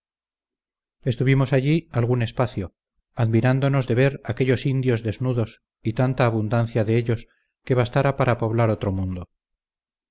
estuvimos allí algún espacio admirándonos de ver aquellos indios desnudos y tanta abundancia de ellos que bastara para poblar otro mundo